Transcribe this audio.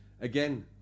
Again